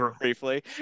briefly